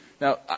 Now